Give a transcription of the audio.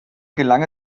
gelang